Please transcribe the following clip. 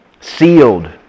sealed